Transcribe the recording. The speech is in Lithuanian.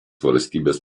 valstybės